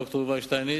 ד"ר יובל שטייניץ,